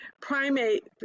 primate